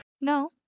No